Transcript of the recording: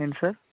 ఏంటి సార్